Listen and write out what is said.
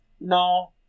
No